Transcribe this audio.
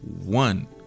one